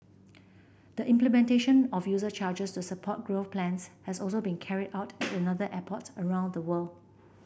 the implementation of user charges to support growth plans has also been carried out at other airports around the world